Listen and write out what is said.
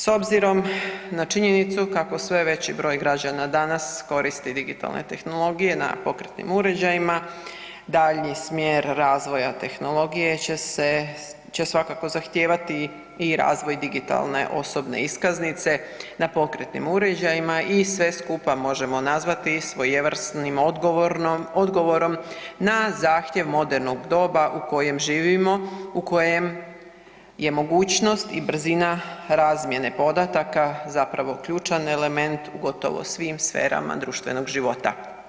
S obzirom na činjenicu kako sve veći broj građana danas koristi digitalne tehnologije na pokretnim uređajima, daljnji smjer razvoja tehnologije će se, će svakako zahtijevati i razvoj digitalne osobne iskaznice na pokretnim uređajima i sve skupa možemo nazvati svojevrsnim odgovorom na zahtjev modernog doba u kojem živimo, u kojem je mogućnost i brzina razmjene podataka zapravo ključan element u gotovo svim sferama društvenog života.